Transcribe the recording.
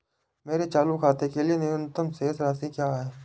मेरे चालू खाते के लिए न्यूनतम शेष राशि क्या है?